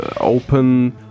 open